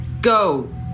Go